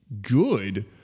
good